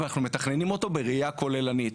ואנחנו מתכננים אותו בראייה כוללנית.